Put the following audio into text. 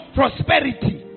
prosperity